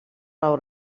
our